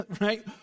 right